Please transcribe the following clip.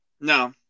No